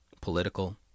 political